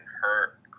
hurt